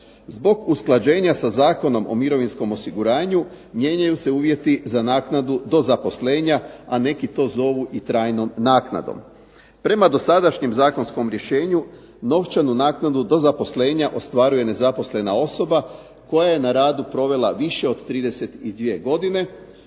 Zbog usklađenja sa Zakonom o mirovinskom osiguranju mijenjaju se uvjeti za naknadu do zaposlenja, a neki to zovu i trajnom naknadom. Prema dosadašnjem zakonskom rješenju novčanu naknadu do zaposlenja ostvaruje nezaposlena osoba koja je na radu provela više od 32 godine.